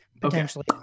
potentially